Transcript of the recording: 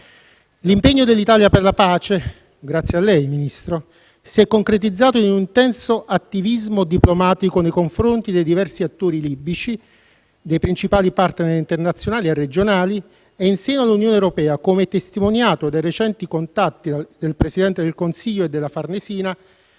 L'impegno dell'Italia per la pace - grazie a lei, Ministro - si è concretizzato in un intenso attivismo diplomatico nei confronti dei diversi attori libici, dei principali *partner* internazionali e regionali e in seno all'Unione europea, come testimoniato dai recenti contatti del Presidente del Consiglio e della Farnesina